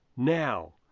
now